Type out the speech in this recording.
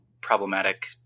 problematic